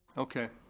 okay.